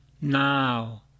now